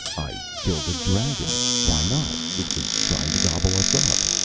i killed a dragon. why not? it was trying to gobble us up.